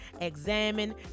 examine